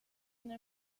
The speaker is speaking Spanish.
una